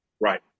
Right